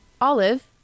Olive